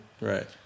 Right